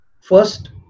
First